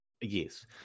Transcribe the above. yes